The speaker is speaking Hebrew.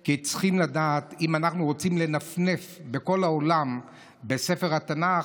כי צריכים לדעת שאם אנחנו רוצים לנפנף בכל העולם בספר התנ"ך,